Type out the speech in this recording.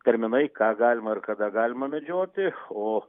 terminai ką galima ir kada galima medžioti o